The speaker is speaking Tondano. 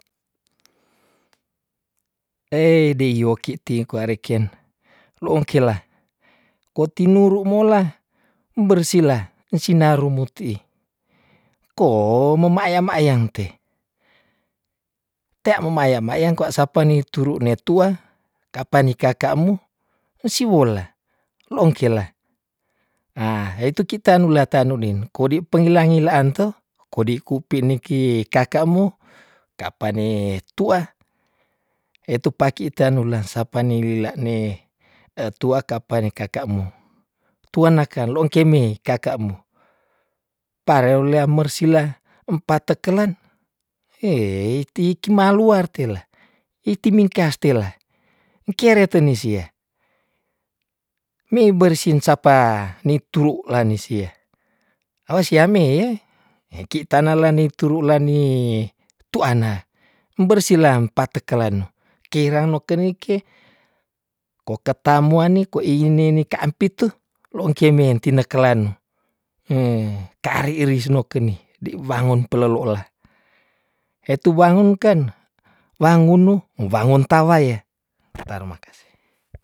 Ey deyoki ti kwa reken, lo ong ke la, ko tinuru mola bersila insina rumut tei ko me mayam ayang te- tea me mayam ayang kwa sapa ni turu netua kapa ni kakamu siwola lo ong ke la "hah" itu kita ngulata nulin kodi pengila- ngilaan to kodi kupiniki kakamu ka pane tua, he tu paki tanula sapa ne lila ne tua kapane kakamu, tua naka lo ong ke mei kakamu pare rulia mersila empa te kelen hei ti ki maluar tela, iti mingkas tela engkere tenisia, mei bersin sapa ni tulu lani sia awas siame e, eki tana la ni tulu lani tu ana bersilam pate kelen kei rano ke nike, ko keta muani kwa ini ne ne ka ampi tu lo ong ke men ti ne kelan he kari risno keni dei wangon peleloula, hetuwang ken wangunu wangonta waya tarimakse.